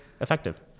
effective